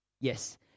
yes